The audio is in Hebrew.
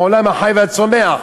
מעולם החי והצומח,